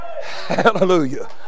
Hallelujah